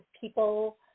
people